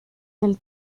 del